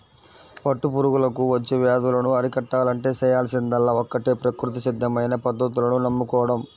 పట్టు పురుగులకు వచ్చే వ్యాధులను అరికట్టాలంటే చేయాల్సిందల్లా ఒక్కటే ప్రకృతి సిద్ధమైన పద్ధతులను నమ్ముకోడం